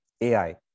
AI